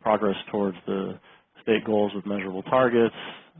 progress towards the state goals with measurable targets.